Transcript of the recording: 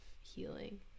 healing